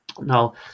Now